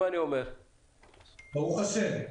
ברוך השם?